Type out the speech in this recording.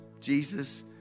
Jesus